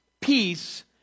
peace